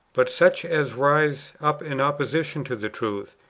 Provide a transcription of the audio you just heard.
but such as rise up in opposition to the truth,